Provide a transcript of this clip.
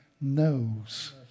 knows